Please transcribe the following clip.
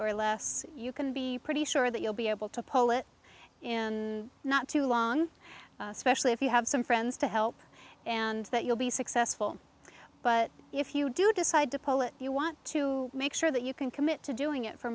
or less you can be pretty sure that you'll be able to pull it in not too long especially if you have some friends to help and that you'll be successful but if you do decide to pull it you want to make sure that you can commit to doing it for